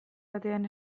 batean